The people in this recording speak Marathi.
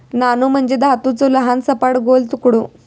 नाणो म्हणजे धातूचो लहान, सपाट, गोल तुकडो